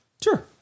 Sure